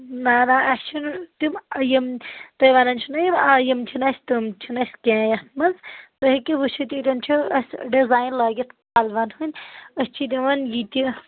نَہ نَہ اَسہِ چھنہٕ تِم یِم تُہۍ ونان چھِو نا آ یِم چھنہٕ اَسہِ تِم چھنہٕ اَسہِ کیٚنٛہہ یتھ منٛز تُہۍ ہیٚکِو وٕچھتھ ییٚتٮ۪ن چھ اَسہِ ڈِزاین لٲگِتھ پلوَن ہنٛدۍ أسۍ چھ دِوان یِہِ تہِ